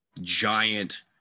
giant